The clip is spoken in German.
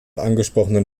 angesprochenen